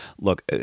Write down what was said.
Look